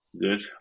Good